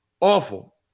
Awful